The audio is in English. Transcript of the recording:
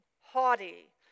haughty